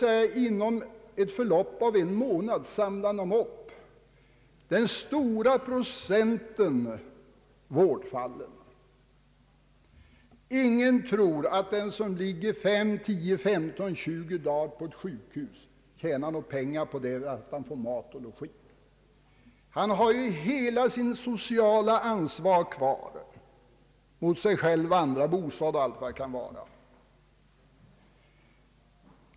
Det betyder att ungefär under en månads tid samlar man upp den stora procenten vårdfall. Ingen tror att den som ligger 2—10—15—20 dagar på ett sjukhus tjänar några pengar på det, även om han får mat och logi. Han har ju hela det sociala ansvaret kvar mot sig själv och andra, utgifter för bostad och annat.